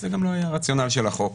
זה לא היה הרציונל של החוק.